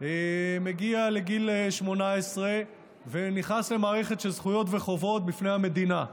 מגיע לגיל 18 ונכנס למערכת של זכויות וחובות בפני המדינה.